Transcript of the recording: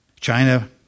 China